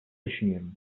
düşünüyorum